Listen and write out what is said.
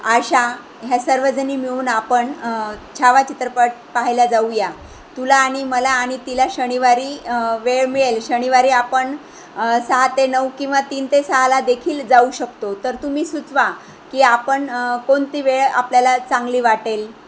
आशा ह्या सर्वजणी मिळून आपण छावा चित्रपट पाहायला जाऊया तुला आणि मला आणि तिला शनिवारी वेळ मिळेल शनिवारी आपण सहा ते नऊ किंवा तीन ते सहाला देखील जाऊ शकतो तर तुम्ही सुचवा की आपण कोणती वेळ आपल्याला चांगली वाटेल